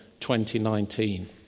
2019